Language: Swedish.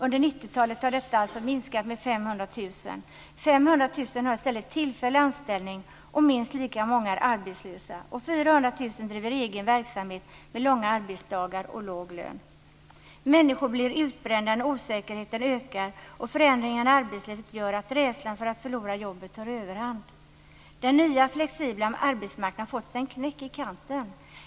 Under 90-talet har det skett en minskning med 500 000. 500 000 människor har i stället tillfällig anställning och minst lika många är arbetslösa. 400 000 driver egen verksamhet med långa arbetsdagar och låg lön. Människor blir utbrända när osäkerheten ökar och förändringarna i arbetslivet gör att rädslan för att förlora jobbet tar överhand. Den nya flexibla arbetsmarknaden har fått sig en knäck i kanten.